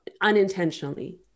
unintentionally